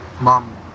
mom